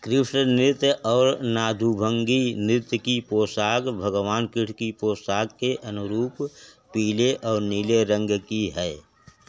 कृष्ण नृत्य और नादुभंगी नृत्य की पोशाक भगवान कृष्ण की पोशाक के अनुरूप पीले और नीले रंग की है